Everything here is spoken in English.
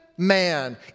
Man